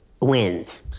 wins